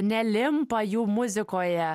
nelimpa jų muzikoje